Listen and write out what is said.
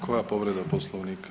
Koja povreda Poslovnika?